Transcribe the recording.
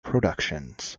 productions